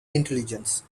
intelligence